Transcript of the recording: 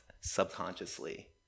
subconsciously